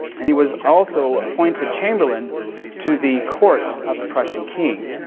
and he was also appointed chamberlain to the court of the prussian king.